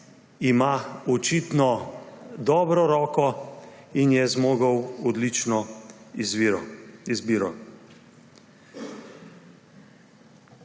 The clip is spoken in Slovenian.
ima očitno dobro roko in je zmogel odlično izbiro.